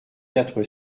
quatre